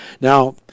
now